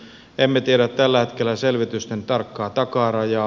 emme tiedä tällä hetkellä selvitysten tarkkaa takarajaa